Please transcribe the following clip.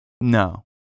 No